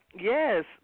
yes